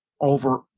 over